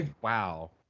wow